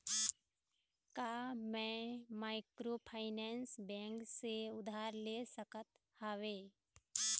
का मैं microfinance bank से उधार ले सकत हावे?